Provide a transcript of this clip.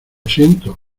siento